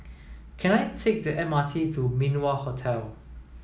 can I take the M R T to Min Wah Hotel